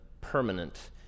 permanent